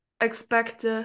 expect